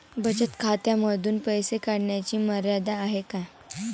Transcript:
बचत खात्यांमधून पैसे काढण्याची मर्यादा आहे का?